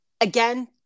again